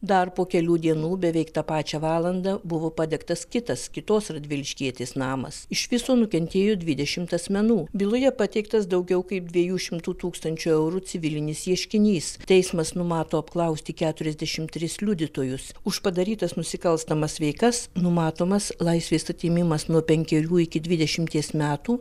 dar po kelių dienų beveik tą pačią valandą buvo padegtas kitas kitos radviliškietės namas iš viso nukentėjo dvidešimt asmenų byloje pateiktas daugiau kaip dviejų šimtų tūkstančių eurų civilinis ieškinys teismas numato apklausti keturiasdešimt tris liudytojus už padarytas nusikalstamas veikas numatomas laisvės atėmimas nuo penkerių iki dvidešimties metų